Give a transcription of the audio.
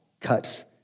cuts